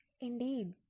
indeed